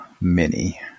Mini